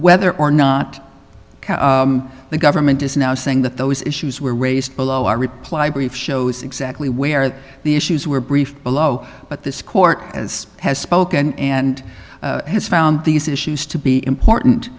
whether or not the government is now saying that those issues were raised below our reply brief shows exactly where the issues were briefed below but this court as has spoken and has found these issues to be important